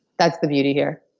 that's the beauty here